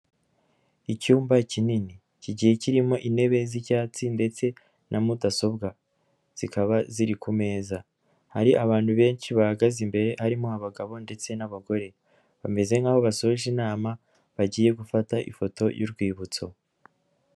Icyumba kinini, kigiye kirimo intebe z'icyatsi ndetse na mudasobwa, zikaba ziri ku meza, hari abantu benshi bahagaze imbere harimo abagabo ndetse n'abagore, bameze nkaho basoje inama bagiye gufata ifoto y'urwibutso.